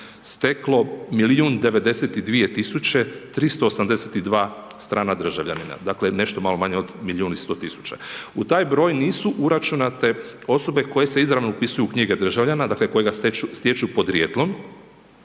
tisuće 382 strana državljanina, dakle nešto malo manje od milijun i 100 tisuća. U taj broj nisu uračunate osobe koje se izravno upisuju u knjige državljana dakle kojega stječu podrijetlom